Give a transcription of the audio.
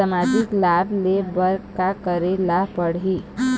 सामाजिक लाभ ले बर का करे ला पड़ही?